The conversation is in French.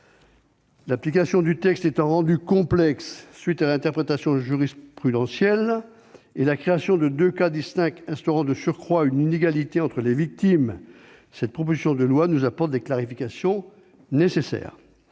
L'application du texte étant rendue complexe par l'interprétation jurisprudentielle, la création de deux cas distincts instaurant de surcroît une inégalité entre les victimes, cette proposition de loi nous apporte les clarifications nécessaires.